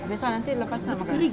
bukan nanti lepas ni nak makan